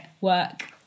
work